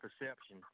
perception